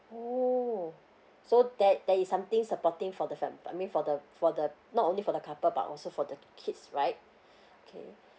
oh so that that is something supporting for the fam~ I mean for the for the not only for the couple but also for the kids right okay